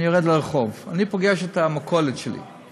אני יורד לרחוב, אני פוגש את בעל המכולת שלי,